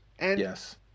Yes